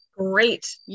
Great